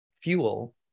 fuel